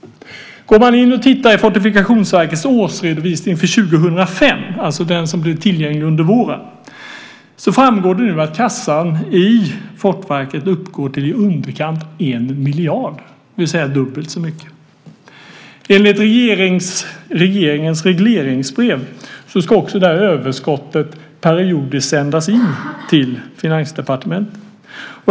Om man går in och tittar i Fortifikationsverkets årsredovisning för 2005, alltså den som blev tillgänglig under våren, framgår det att kassan i Fortifikationsverket nu uppgår till närmare 1 miljard, det vill säga dubbelt så mycket. Enligt regeringens regleringsbrev ska även det överskottet periodiskt sändas in till Finansdepartementet.